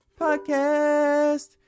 podcast